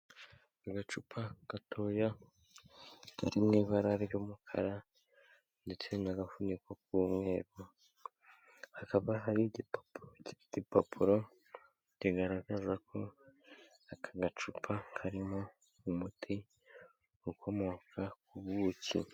Agacupa gatoya kari mu ibara ry'umukara ndetse n'agafuniko k'umweru, hakaba hari igipapuro, icyo gipapuro kigaragaza ko aka gacupa karimo umuti ukomoka ku buki.